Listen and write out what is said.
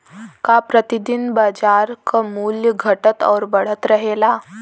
का प्रति दिन बाजार क मूल्य घटत और बढ़त रहेला?